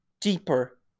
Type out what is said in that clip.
deeper